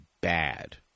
bad